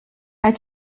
are